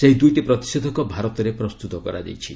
ସେହି ଦୁଇଟି ପ୍ରତିଷେଧକ ଭାରତରେ ପ୍ରସ୍ତୁତ କରାଯାଇଛି